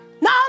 No